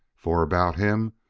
for, about him,